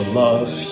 love